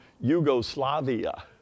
Yugoslavia